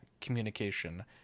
communication